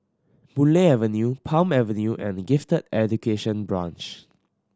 Boon Lay Avenue Palm Avenue and Gifted Education Branch